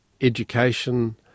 education